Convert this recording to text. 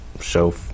show